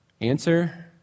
Answer